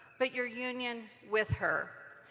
but your union with her.